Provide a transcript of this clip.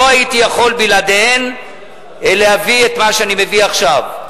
לא הייתי יכול בלעדיהן להביא את מה שאני מביא עכשיו.